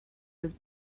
was